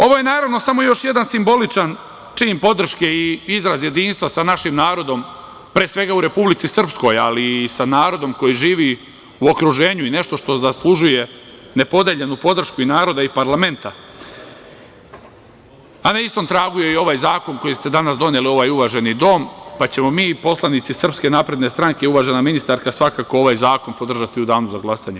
Ovo je naravno samo još jedan simboličan čin podrške i izraz jedinstva sa našim narodom, pre svega, u Republici Srpskoj, ali i sa narodom koji živi u okruženju i nešto što zaslužuje nepodeljenu podršku i naroda i parlamenta, a na istom tragu je i ovaj zakon koji ste danas doneli u ovaj uvaženi dom, pa ćemo mi poslanici SNS, uvažena ministarka, svakako ovaj zakon podržati u danu za glasanje.